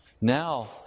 Now